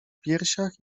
piersiach